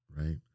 right